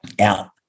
out